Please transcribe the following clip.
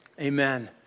amen